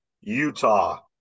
Utah